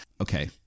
okay